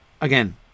Again